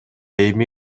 эми